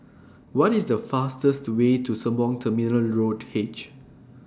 What IS The fastest Way to Sembawang Terminal Road H